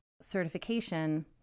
certification